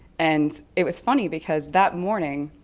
and it was funny because that morning,